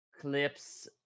clips